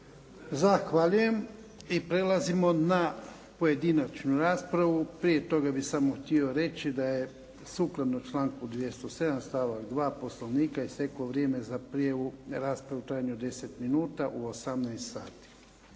Zahvaljujem. Prelazimo na pojedinačnu raspravu. Prije toga bih samo htio reći da je sukladno članku 207. stavak 2. Poslovnika, isteklo vrijeme za prijavu za raspravu u trajanju od 10 minuta, u 18 sati.